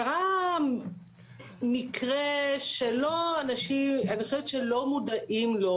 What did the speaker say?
קרה מקרה שאני חושבת שאנשים לא מודעים לו,